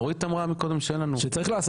אורית אמרה קודם שאין חוקה.